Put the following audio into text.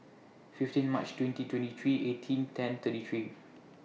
fifteen March twenty twenty three eighteen ten thirty three